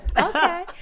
okay